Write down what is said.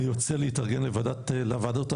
אני יוצא להתארגן לוועדות הבאות,